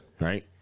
right